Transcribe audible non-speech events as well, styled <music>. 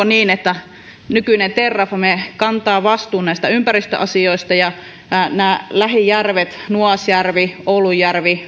<unintelligible> niin että nykyinen terrafame kantaa vastuun näistä ympäristöasioista ja nämä lähijärvet nuasjärvi oulujärvi